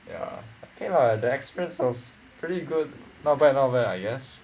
ya okay lah the experience was pretty good not bad not bad I guess